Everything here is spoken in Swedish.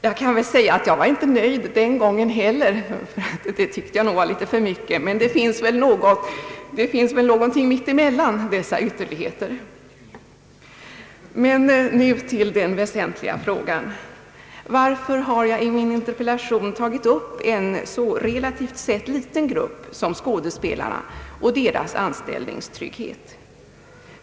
Jag kan väl säga att jag inte var nöjd den gången heller — det tyckte jag var litet för mycket — men det finns väl någonting mitt emellan dessa ytterligheter. Men nu till den väsentliga frågan. Varför har jag i min interpellation tagit upp en relativt sett så liten grupp som skådespelarna och deras anställningstrygghet?